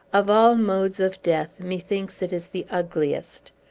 of all modes of death, methinks it is the ugliest.